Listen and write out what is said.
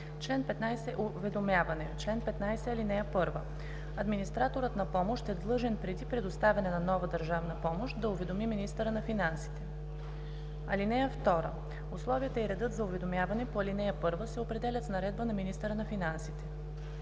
чл. 15: „Уведомяване Чл. 15. (1) Администраторът на помощ е длъжен преди предоставяне на нова държавна помощ да уведоми министъра на финансите. (2) Условията и редът за уведомяване по ал. 1 се определят с наредба на министъра на финансите.